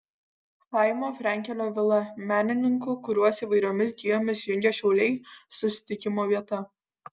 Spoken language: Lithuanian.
chaimo frenkelio vila menininkų kuriuos įvairiomis gijomis jungia šiauliai susitikimo vieta